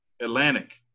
Atlantic